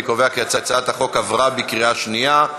אני קובע כי הצעת החוק עברה בקריאה שנייה.